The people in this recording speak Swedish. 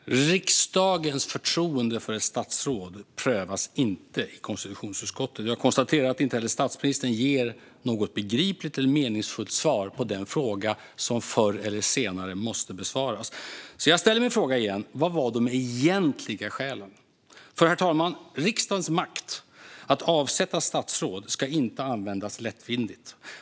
Herr talman! Riksdagens förtroende för ett statsråd prövas inte i konstitutionsutskottet. Jag konstaterar att inte heller statsministern ger något begripligt eller meningsfullt svar på den fråga som förr eller senare måste besvaras. Jag ställer min fråga igen: Vilka var de egentliga skälen? Herr talman! Riksdagens makt att avsätta statsråd ska inte användas lättvindigt.